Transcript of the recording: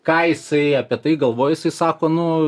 ką jisai apie tai galvoja jisai sako nu